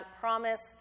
promised